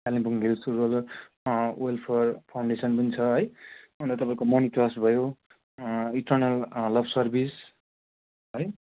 Kalimpong hills rural welfare foundation पनि छ है अन्त तपाईँको मनि ट्रस्ट भयो इटरनल लभ सर्भिस है